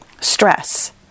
stress